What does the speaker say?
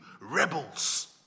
rebels